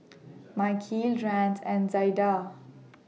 Mikeal Rance and Zaida